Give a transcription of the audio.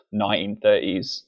1930s